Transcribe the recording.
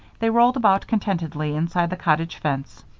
they rolled about contentedly inside the cottage fence.